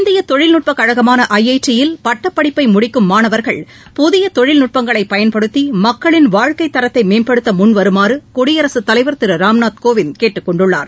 இந்திய தொழில்நுட்ப கழகமான ஐடி யில் பட்டப்படிப்பை முடிக்கும் மாணவர்கள் புதிய தொழில்நட்பங்களைப் பயன்படுத்தி மக்களின் வாழ்க்கைத் தரத்தை மேம்படுத்த முன்வருமாறு குடியரசுத் தலைவர் திரு ராம்நாத் கோவிந்த் கேட்டுக் கொண்டுள்ளார்